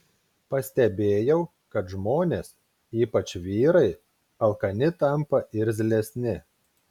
pastebėjau kad žmonės ypač vyrai alkani tampa irzlesni